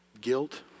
guilt